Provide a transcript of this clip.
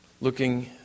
looking